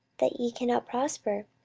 that ye cannot prosper?